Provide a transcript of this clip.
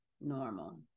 normal